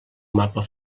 mapa